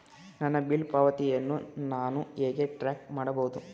ನನ್ನ ಬಿಲ್ ಪಾವತಿಯನ್ನು ನಾನು ಹೇಗೆ ಟ್ರ್ಯಾಕ್ ಮಾಡಬಹುದು?